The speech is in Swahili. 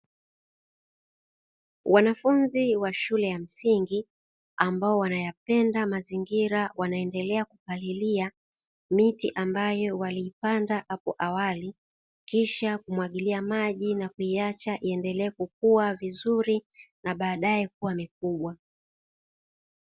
Wanafunzi wa shule ya msingi ambao wanayapenda mazingira, wanaendelea kupalilia miti ambayo waliipanda hapo awali, kisha kumwagilia maji na kuiacha iendelee kukua vizuri na baadae kuwa mikubwa.